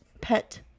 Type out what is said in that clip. pet